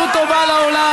תעשו טובה לעולם,